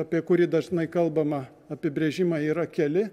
apie kurį dažnai kalbama apibrėžimai yra keli